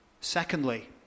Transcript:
secondly